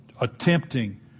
attempting